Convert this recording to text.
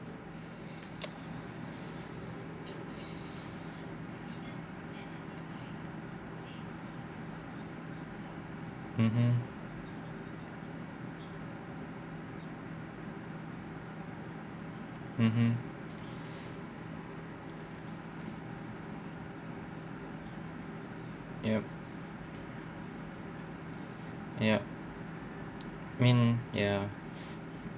mmhmm mmhmm yup yup I mean ya